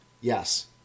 Yes